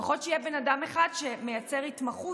לפחות שיהיה בן אדם אחד שמייצר התמחות.